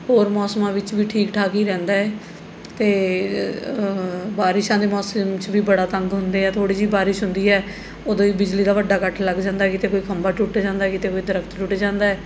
ਹੋਰ ਮੌਸਮਾਂ ਵਿੱਚ ਵੀ ਠੀਕ ਠਾਕ ਹੀ ਰਹਿੰਦਾ ਏ ਅਤੇ ਬਾਰਿਸ਼ਾਂ ਦੇ ਮੌਸਮ 'ਚ ਵੀ ਬੜਾ ਤੰਗ ਹੁੰਦੇ ਹਾਂ ਥੋੜ੍ਹੀ ਜਿਹੀ ਬਾਰਿਸ਼ ਹੁੰਦੀ ਹੈ ਉਦੋਂ ਹੀ ਬਿਜਲੀ ਦਾ ਵੱਡਾ ਕੱਟ ਲੱਗ ਜਾਂਦਾ ਕਿਤੇ ਕੋਈ ਖੰਭਾ ਟੁੱਟ ਜਾਂਦਾ ਕਿਤੇ ਕੋਈ ਦਰੱਖਤ ਟੁੱਟ ਜਾਂਦਾ ਹੈ